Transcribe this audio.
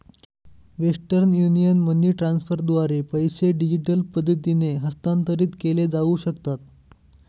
western Union money ट्रान्स्फरद्वारे पैसे digital पद्धतीने हस्तांतरित केले जाऊ शकतात